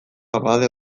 abade